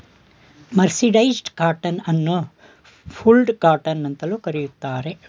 mercerised cotton ಅನ್ನು fulled cotton ಅಂತಲೂ ಕರಿತಾರೆ